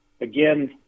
Again